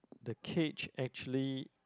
the cage actually